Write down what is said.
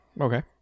Okay